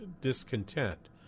discontent